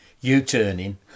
U-turning